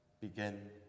begin